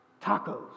tacos